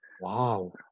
Wow